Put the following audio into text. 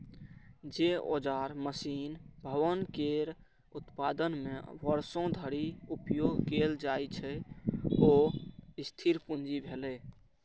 जे औजार, मशीन, भवन केर उत्पादन मे वर्षों धरि उपयोग कैल जाइ छै, ओ स्थिर पूंजी भेलै